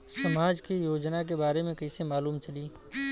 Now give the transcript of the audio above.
समाज के योजना के बारे में कैसे मालूम चली?